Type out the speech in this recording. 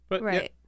Right